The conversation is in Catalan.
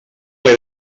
ple